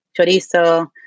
chorizo